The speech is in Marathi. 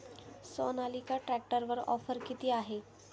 सोनालिका ट्रॅक्टरवर ऑफर किती आहे?